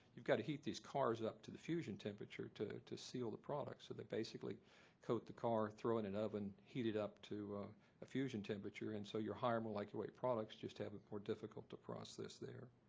you've got to heat these cars up to the fusion temperature to to seal the products so that basically coat the car, throw it into an oven, heat it up to a fusion temperature and so your higher molecular weight products just have it more difficult to process there.